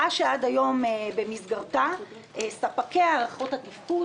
חלק מן העניין הוא בשנה שחלפה לשחרר את הפקקים